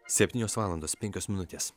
septynios valandos penkios minutės